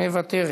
מוותרת,